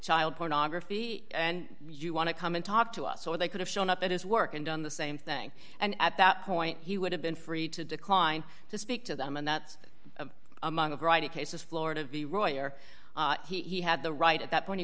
child pornography and you want to come and talk to us or they could have shown up at his work and done the same thing and at that point he would have been free to decline to speak to them and that's among a variety of cases florida v royer he had the right at that point he